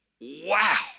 Wow